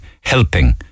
helping